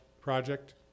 project